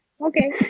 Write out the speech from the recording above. Okay